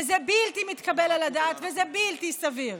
וזה בלתי מתקבל על הדעת וזה בלתי סביר.